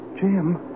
Jim